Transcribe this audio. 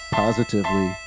positively